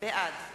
בעד